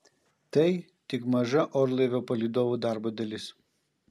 tai tik maža orlaivio palydovų darbo dalis